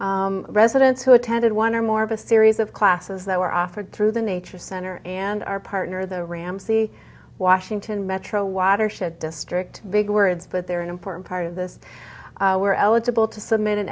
residents residents who attended one or more of a series of classes that were offered through the nature center and our partner the ramsey washington metro watershed district big words but they're an important part of this were eligible to submit